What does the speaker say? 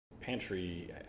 pantry